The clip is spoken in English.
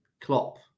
Klopp